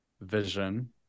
vision